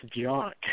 junk